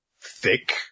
thick